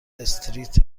استریت